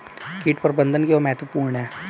कीट प्रबंधन क्यों महत्वपूर्ण है?